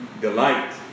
delight